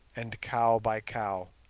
and cow by cow?